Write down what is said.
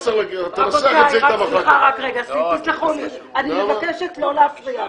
תסלחו לי, אני מבקשת לא להפריע עכשיו.